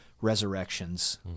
resurrections